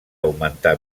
augmentà